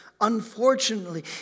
unfortunately